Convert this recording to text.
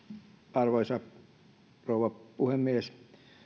arvoisa rouva puhemies